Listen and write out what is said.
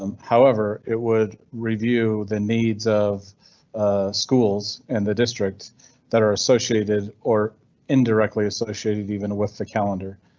um however, it would review the needs of schools and the district that are associated or indirectly associated even with the calendar.